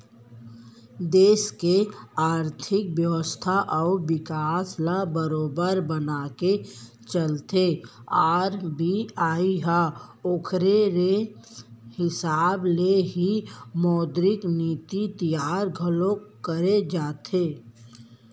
देस के आरथिक बेवस्था अउ बिकास ल बरोबर बनाके चलथे आर.बी.आई ह ओखरे हिसाब ले ही मौद्रिक नीति तियार घलोक करे जाथे